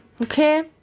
Okay